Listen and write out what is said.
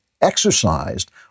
exercised